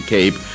Cape